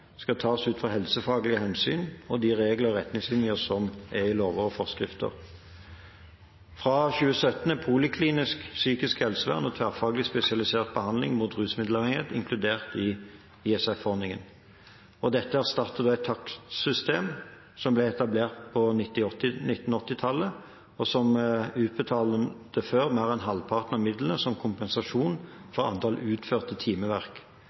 skal tas ut fra helsefaglige hensyn og de regler og retningslinjer som er i lover og forskrifter. Fra 2017 er poliklinisk psykisk helsevern og tverrfaglig spesialisert behandling mot rusmiddelavhengighet inkludert i ISF-ordningen. Dette erstatter et takstsystem som ble etablert på 1980-tallet, og som utbetalte mer enn halvparten av midlene som kompensasjon for antall utførte timeverk